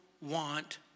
want